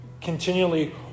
continually